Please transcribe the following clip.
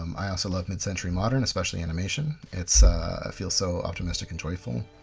um i also love mid-century modern, especially animation. it feels so optimistic and joyful.